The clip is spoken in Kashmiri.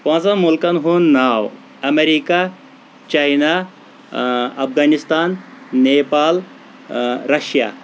پانٛژن مُلکن ہُنٛد ناو America China Afghanistan Nepal Russia